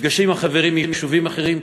נפגשים עם החברים מיישובים אחרים,